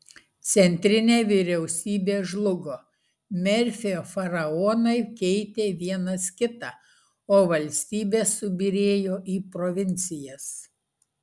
centrinė vyriausybė žlugo merfio faraonai keitė vienas kitą o valstybė subyrėjo į provincijas